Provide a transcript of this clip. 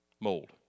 mold